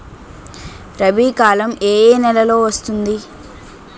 రబీ కాలం ఏ ఏ నెలలో వస్తుంది?